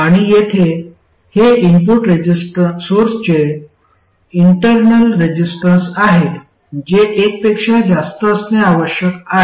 आणि येथे हे इनपुट सोर्सचे इंटर्नल रेसिस्टन्स आहे जे एक पेक्षा जास्त असणे आवश्यक आहे